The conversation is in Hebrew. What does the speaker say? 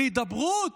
להידברות?